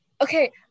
okay